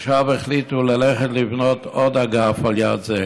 עכשיו החליטו ללכת ולבנות עוד אגף על יד זה,